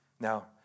Now